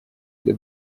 для